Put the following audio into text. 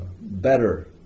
better